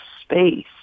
space